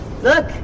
look